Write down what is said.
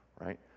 right